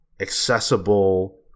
accessible